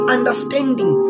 Understanding